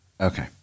Okay